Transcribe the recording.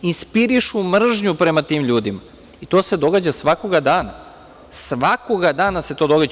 Inspirišu mržnju prema tim ljudima, i to se događa svakog dana, svakog dana se to događa.